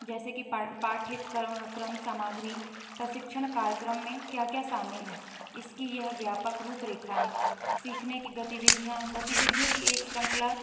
जैसे कि पाठ्य क्रम क्रम सामग्री प्रशिक्षण कार्यक्रम में क्या क्या शामिल है इसकी यह व्यापक रूप रेखा है सीखने की गतिविधियां गतिविधियों की एक शृंखला